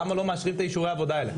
למה לא מאשרים את אישורי העבודה האלה?